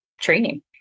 training